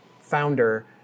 founder